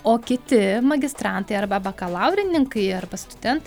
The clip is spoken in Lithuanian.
o kiti magistrantai arba bakalaurininkai arba studentai